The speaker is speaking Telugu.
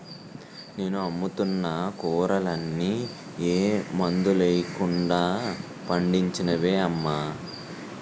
నేను అమ్ముతున్న కూరలన్నీ ఏ మందులెయ్యకుండా పండించినవే అమ్మా